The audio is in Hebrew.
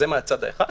זה מצד אחד.